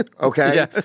okay